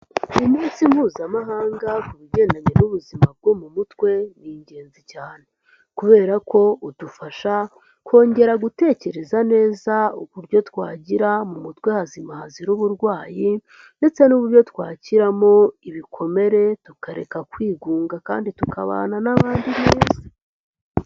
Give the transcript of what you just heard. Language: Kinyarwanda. Umunsi mpuzamahanga ku bigendanye n'ubuzima bwo mu mutwe, ni ingenzi cyane kubera ko udufasha kongera gutekereza neza uburyo twagira mu mutwe hazima hazira uburwayi, ndetse n'uburyo twakiramo ibikomere tukareka kwigunga kandi tukabana n'abandi neza.